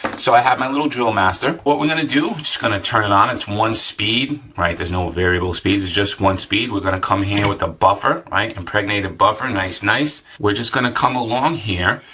so, i have my little drill master. what we're gonna do, just gonna turn it on, it's one speed, right, there's no variable speed, there's just one speed. we're gonna come here with a buffer, right? impregnated buffer, nice, nice. we're just gonna come along here,